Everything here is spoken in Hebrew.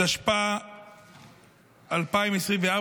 התשפ"ה 2024,